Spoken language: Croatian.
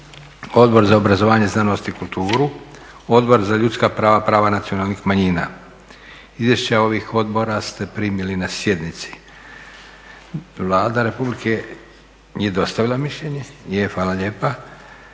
Odbor za obrazovanje, znanost i kulturu, Odbor za ljudska prava i prava nacionalnih manjina. Izvješća ovih odbora ste primili na sjednici. Vlada RH je dostavila mišljenje? Je, hvala lijepa.